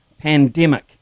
Pandemic